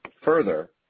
Further